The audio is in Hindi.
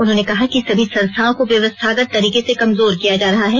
उन्होंने कहा कि सभी संस्थाओं को व्यवस्थागत तरीके से कमजोर किया जा रहा है